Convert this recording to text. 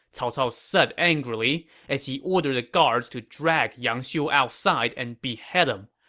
cao cao said angrily as he ordered the guards to drag yang xiu outside and behead him.